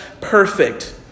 perfect